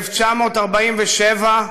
1947,